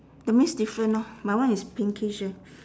that means different lor my one is pinkish eh